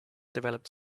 developed